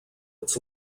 its